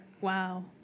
Wow